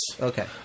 Okay